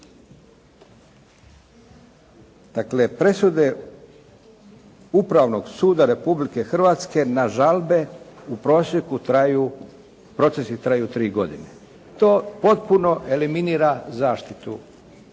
Dakle presude Upravnog suda Republike Hrvatske na žalbe u prosjeku traju, procesi traju 3 godine. To potpuno eliminira zaštitu